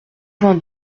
vingt